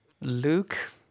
Luke